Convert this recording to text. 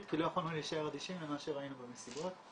כי לא יכולנו להישאר אדישים למה שראינו במסיבות.